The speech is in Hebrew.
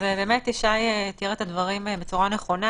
ישי תיאר את הדברים בצורה נכונה.